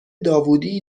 داوودی